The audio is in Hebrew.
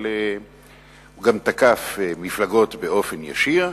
הוא גם תקף מפלגות באופן ישיר,